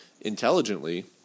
intelligently